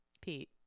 pete